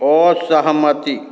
असहमति